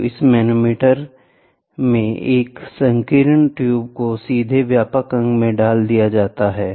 तो इस प्रकार के मैनोमीटर में एक संकीर्ण ट्यूब को सीधे व्यापक अंग में डाला जाता है